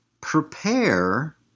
prepare